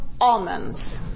almonds